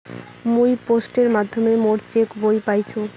মুই পোস্টের মাধ্যমে মোর চেক বই পাইসু